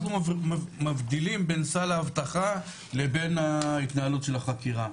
אנחנו מבדילים בין סל האבטחה לבין ההתנהלות של החקירה.